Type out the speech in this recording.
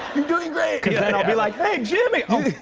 you're doing great. cause then i'll be like, hey, jimmy! oh,